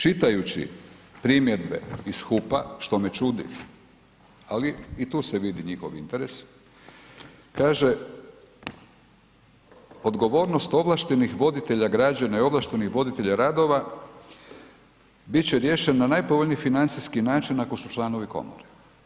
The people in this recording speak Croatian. Čitajući primjedbe iz HUP-a što me čudi, ali i tu se vidi njihov interes, kaže odgovornost ovlaštenih voditelja građenja i ovlaštenih voditelja radova bit će riješena na najpovoljniji financijski način ako su članovi komore.